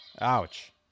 Ouch